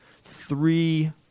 three